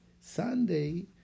Sunday